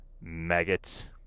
maggots